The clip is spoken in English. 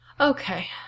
Okay